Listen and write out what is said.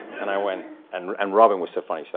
and i went and and robin was so funny. she's